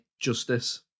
justice